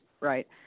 right